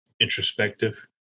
introspective